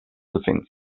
offense